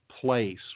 place